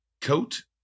coat